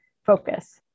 focus